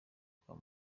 kwa